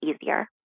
easier